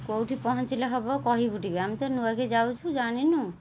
କେଉଁଠି ପହଞ୍ଚିଲେ ହେବ କହିବୁ ଟିକେ ଆମେ ତ ନୂଆକି ଯାଉଛୁ ଜାଣିନୁ